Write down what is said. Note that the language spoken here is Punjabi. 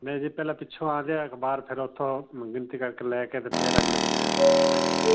ਮੈਂ ਜੀ ਪਹਿਲਾਂ ਪਿੱਛੋਂ ਆ ਗਿਆ ਅਖ਼ਬਾਰ ਫੇਰ ਉੱਥੋਂ ਮੈਂ ਗਿਣਤੀ ਕਰਕੇ ਲੈ ਕੇ ਅਤੇ ਫੇਰ ਅਗਲੇ ਦੇ ਘਰੇ ਲੈ ਜੀ ਦਾ ਜੀ